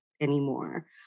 anymore